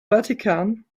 vatican